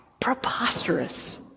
preposterous